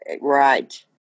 Right